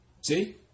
See